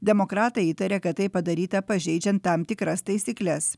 demokratai įtaria kad tai padaryta pažeidžiant tam tikras taisykles